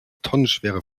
tonnenschwere